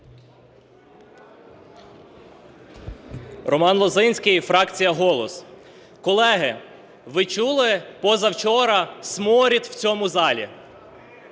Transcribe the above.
Роман Лозинський, фракція "Голос". Колеги, ви чули, позавчора "сморід" в цьому залі?